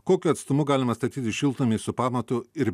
kokiu atstumu galima statyti šiltnamį su pamatu ir